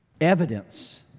evidence